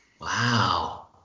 Wow